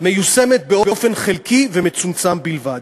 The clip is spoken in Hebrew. מיושמת באופן חלקי ומצומצם בלבד.